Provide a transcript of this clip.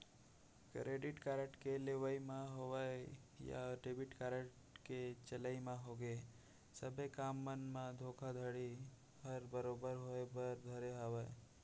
credit card के लेवई म होवय या डेबिट कारड के चलई म होगे सबे काम मन म धोखाघड़ी ह बरोबर होय बर धरे हावय